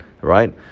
right